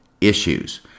issues